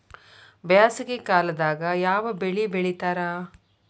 ಬ್ಯಾಸಗಿ ಕಾಲದಾಗ ಯಾವ ಬೆಳಿ ಬೆಳಿತಾರ?